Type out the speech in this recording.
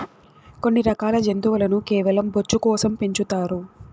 కొన్ని రకాల జంతువులను కేవలం బొచ్చు కోసం పెంచుతారు